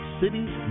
cities